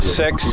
six